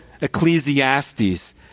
Ecclesiastes